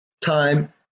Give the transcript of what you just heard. time